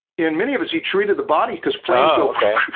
in many of his. he treated the body because flames go